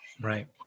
Right